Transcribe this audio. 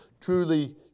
truly